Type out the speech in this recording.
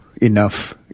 enough